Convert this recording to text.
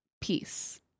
peace